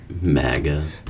MAGA